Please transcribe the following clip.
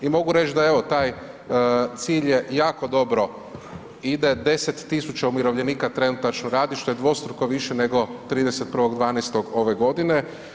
I mogu reći da evo taj cilj je jako dobro ide 10 tisuća umirovljenika trenutačno radi što je dvostruko više nego 31.12. ove godine.